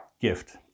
gift